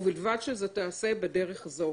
ובלבד שזה ייעשה בדרך זו.